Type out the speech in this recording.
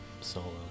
Solo